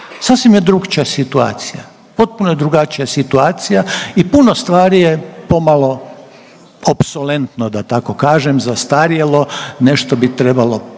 Sasvim je drukčija situacija. Potpuno je drugačija situacija i puno stvari je pomalo opsolentno da tako kažem, zastarjelo, nešto bi trebalo promijeniti,